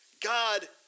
God